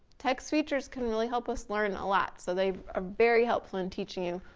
text features can really help us learn a lot. so they are very helpful in teaching you,